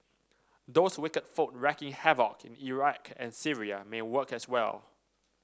those wicked folk wreaking havoc in Iraq and Syria may work as well